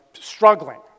struggling